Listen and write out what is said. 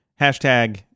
Hashtag